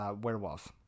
werewolf